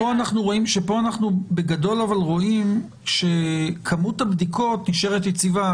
פה אנחנו בגדול רואים שכמות הבדיקות נשארת יציבה,